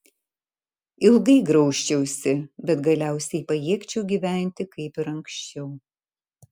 ilgai graužčiausi bet galiausiai pajėgčiau gyventi kaip ir anksčiau